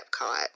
Epcot